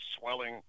swelling